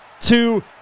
two